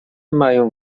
mają